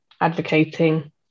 advocating